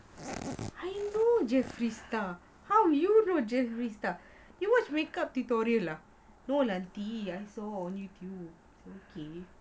I know jeffrey star how you know jeffrey star you watch makeup tutorial lah no aunty I saw on youtube